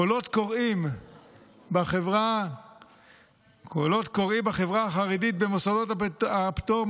קולות קוראים בחברה החרדית במוסדות הפטור,